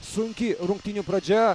sunki rungtynių pradžia